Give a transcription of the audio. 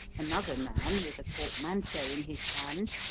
another man, with a portmanteau in his hand,